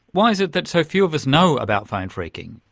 why is it that so few of us know about phone phreaking?